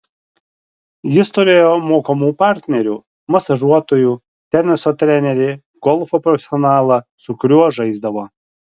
jis turėjo mokamų partnerių masažuotojų teniso trenerį golfo profesionalą su kuriuo žaisdavo